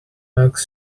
eggs